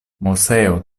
moseo